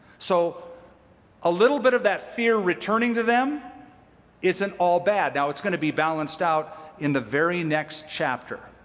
so a little bit of that fear returning to them isn't all bad. now, it's going to be balanced out in the very next chapter.